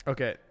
Okay